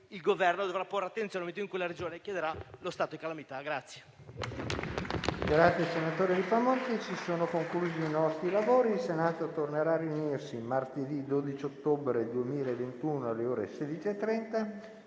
il Governo dovrà porre attenzione nel momento in cui la Regione chiederà lo stato di calamità.